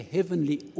Heavenly